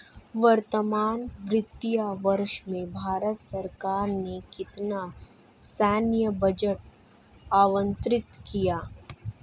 वर्तमान वित्तीय वर्ष में भारत सरकार ने कितना सैन्य बजट आवंटित किया?